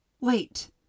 Wait